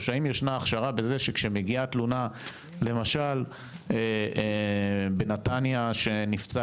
האם ישנה הכשרה שכשמגיעה תלונה למשל בנתניה שנפצע